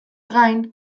gain